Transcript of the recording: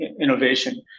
innovation